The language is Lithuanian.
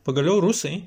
pagaliau rusai